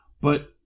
but-